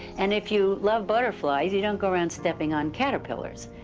and if you love butterflies, you don't go around stepping on caterpillars.